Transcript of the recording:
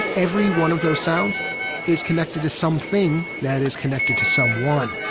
every one of those sounds is connected to something that is connected to someone